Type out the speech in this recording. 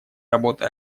работы